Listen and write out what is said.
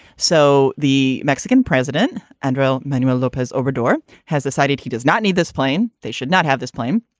so the mexican president andwell, manuel lopez obrador has decided he does not need this plane. they should not have this plane.